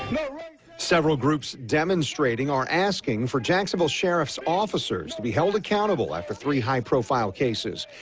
several groups demonstrating or asking for jacksonville sheriff's officers to be held accountable after three high profile cases,